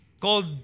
called